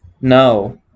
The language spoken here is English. No